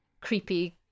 creepy